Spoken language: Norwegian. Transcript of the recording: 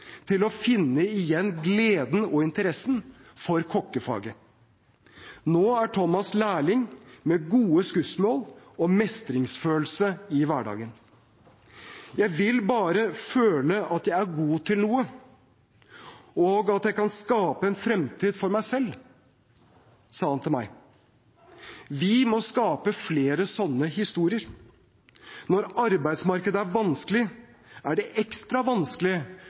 til å finne igjen gleden ved og interessen for kokkefaget. Nå er Thomas lærling med gode skussmål og mestringsfølelse i hverdagen. «Jeg vil bare føle at jeg er god til noe, og at jeg kan skape en fremtid for meg selv», sa han til meg. Vi må skape flere slike historier. Når arbeidsmarkedet er vanskelig, er det ekstra vanskelig